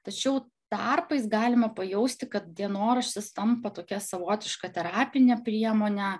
tačiau tarpais galima pajausti kad dienoraštis tampa tokia savotiška terapine priemone